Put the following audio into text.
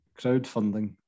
crowdfunding